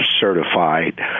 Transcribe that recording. certified